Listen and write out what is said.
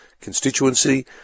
constituency